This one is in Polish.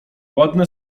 ładne